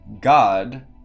God